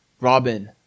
Robin